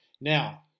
Now